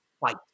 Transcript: fight